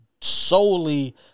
solely